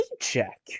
paycheck